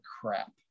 crap